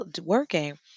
working